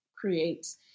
creates